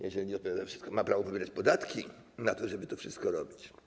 Jeżeli odpowiada za wszystko, to ma prawo pobierać podatki na to, żeby to wszystko robić.